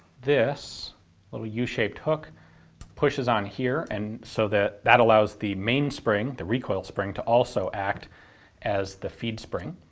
this little yeah u-shaped hook pushes on here and so that that allows the mainspring, the recoil spring, to also act as the feed spring.